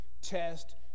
test